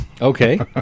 Okay